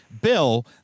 bill